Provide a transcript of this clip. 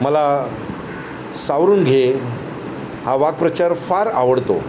मला सावरुन घे हा वाकप्रचार फार आवडतो